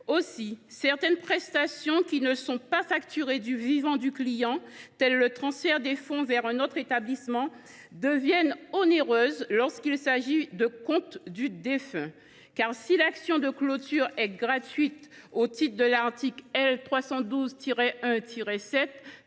proche. Certaines prestations qui ne sont pas facturées du vivant du client, tel le transfert des fonds vers un autre établissement, deviennent onéreuses lorsqu’il s’agit de comptes du défunt. En effet, si la clôture du compte est gratuite au titre de l’article L. 312–1–7